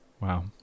Wow